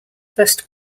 first